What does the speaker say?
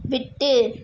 விட்டு